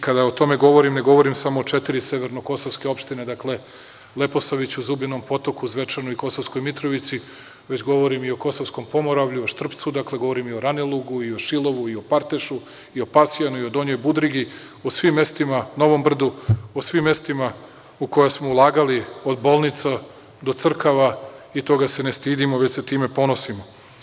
Kada o tome govorim, ne govorim samo o četiri severnokosovske opštine, dakle, Leposaviću, Zubinom Potoku, Zvečanu i Kosovskoj Mitrovici, već govorim i o Kosovskom Pomoravlju, Štrpcu, dakle, govorim i o Ranilugu i o Šilovu i o Partešu i o Pasjanu i o Donjoj Budrigi, Novom Brdu, o svim mestima u koja smo ulagali, od bolnica do crkava, i toga se ne stidimo, već se time ponosimo.